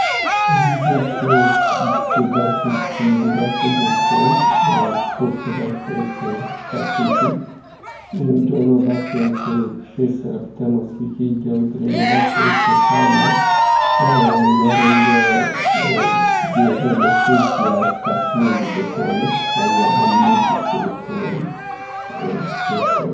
بوټ له څو برخو، کلیدي برخو جوړ شوی، پورته برخه یې چه پښه پوښي، دویمه برخه یې څې پښې سره تماس کې کیږي او دریمه برخه یې څې تل ده او همدارنګه د هغې لیسېز یا تسمې د بوټانو او یا هم مزي څې ورته وایې، جوړ سوی.